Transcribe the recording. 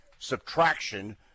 subtraction